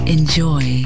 Enjoy